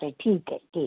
चालतंय ठीक आहे ठीक आहे